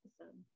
episode